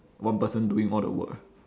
one person doing all the work ah